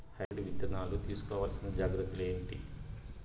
Hybrid విత్తనాలు తీసుకోవాల్సిన జాగ్రత్తలు ఏంటి?